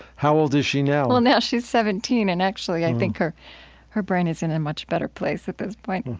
how old is she now? well, now she's seventeen, and actually i think her her brain is in a much better place at this point